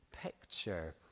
picture